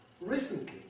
recently